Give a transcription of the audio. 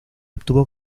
obtuvo